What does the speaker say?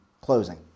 closing